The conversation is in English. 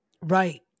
Right